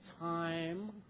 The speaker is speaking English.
time